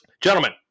Gentlemen